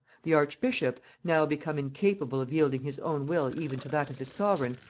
the archbishop, now become incapable of yielding his own will even to that of his sovereign,